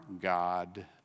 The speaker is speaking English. God